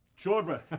shorba,